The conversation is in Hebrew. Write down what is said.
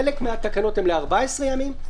חלק מהתקנות הן ל-14 ימים,